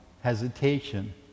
hesitation